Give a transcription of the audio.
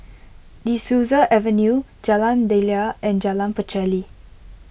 De Souza Avenue Jalan Daliah and Jalan Pacheli